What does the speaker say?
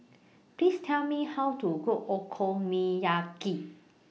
Please Tell Me How to Cook Okonomiyaki